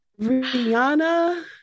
Rihanna